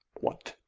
what,